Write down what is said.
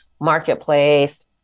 marketplace